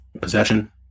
Possession